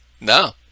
No